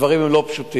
הדברים הם לא פשוטים.